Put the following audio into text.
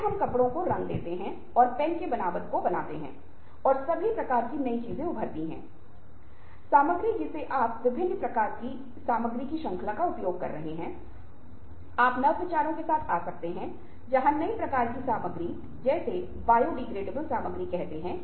व्यक्तिगत अखंडता के लिए एक प्रतिबद्धता बनाएं कभी भी हमें स्वयं की व्यक्तिगत अखंडता के साथ समझौता नहीं करना चाहिए हमें हमेशा यह बनाए रखना चाहिए कि हर चीज के लिए एक सीमा है और हम उससे आगे नहीं बढ़ सकते हैं